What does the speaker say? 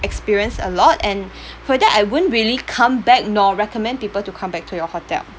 experience a lot and for that I won't really come back nor recommend people to come back to your hotel